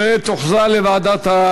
וההצעה תוחזר לוועדת